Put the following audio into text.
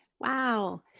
wow